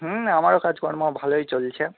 হুম আমারও কাজকর্ম ভালোই চলছে